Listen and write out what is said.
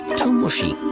too mushy.